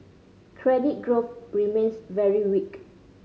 credit growth remains very weak